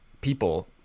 people